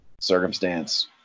circumstance